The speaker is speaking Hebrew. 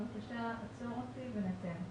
בבקשה עצור אותי וניתן.